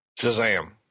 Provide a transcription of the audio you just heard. Shazam